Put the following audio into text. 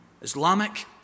Islamic